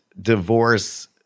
divorce